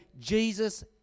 Jesus